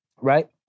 Right